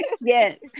Yes